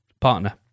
partner